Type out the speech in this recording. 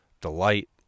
delight